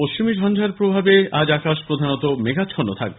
পশ্চিমী ঝঞ্কার প্রভাবে আজ আকাশ প্রধানত মেঘাচ্ছন্ন থাকবে